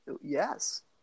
Yes